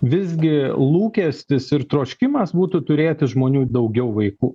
visgi lūkestis ir troškimas būtų turėti žmonių daugiau vaikų